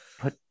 Put